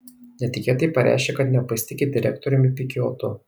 netikėtai pareiškė kad nepasitiki direktoriumi pikiotu